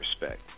respect